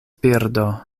birdo